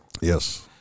yes